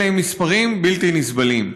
אלו הם מספרים בלתי נסבלים.